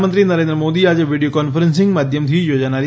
પ્રધાનમંત્રી નરેન્દ્ર મોદી આજે video conferencing માધ્યમથી યોજાનારી